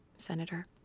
Senator